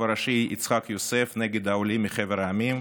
הראשי יצחק יוסף נגד העולים מחבר המדינות,